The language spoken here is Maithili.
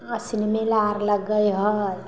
आसिन मेला आओर लगै हइ